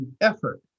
effort